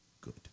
Good